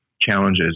challenges